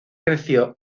creció